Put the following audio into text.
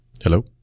Hello